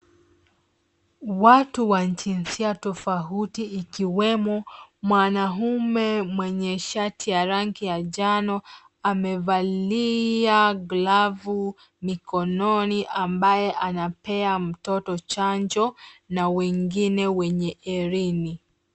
Watu wa jinsia tofauti ikiwemo mwanaume mwenye shati ya rangi ya njano amevalia glovu mikononi ambayo anapea mtoto chanjo na wengine wenye herini.